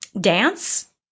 dance